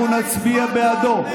אנחנו נצביע בעדו.